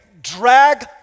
drag